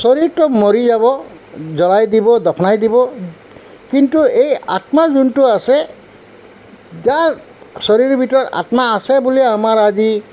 শৰীৰটো মৰি যাব জ্বলাই দিব দফনাই দিব কিন্তু এই আত্মা যোনটো আছে যাৰ শৰীৰ ভিতৰত আত্মা আছে বুলি আমাৰ আজি